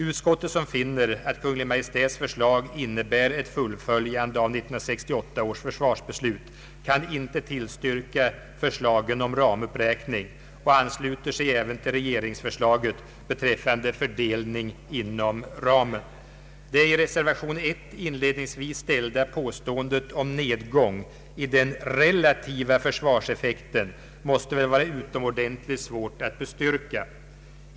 Utskottet, som finner att Kungl. Maj:ts förslag innebär ett fullföljande av 1968 års försvarsbeslut, kan inte tillstyrka förslagen om ramuppräkning och ansluter sig även till regeringsförslaget beträffande fördelning inom ramen. Det i reservationen 1 inledningsvis gjorda påståendet om nedgång i den relativa försvarseffekten måste väl vara utomordentligt svårt att bestyrka.